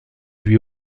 lui